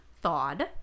thawed